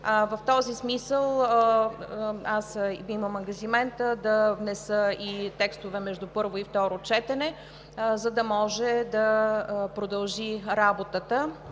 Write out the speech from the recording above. В този смисъл имам ангажимента да внеса и текстове между първо и второ четене, за да може да продължи работата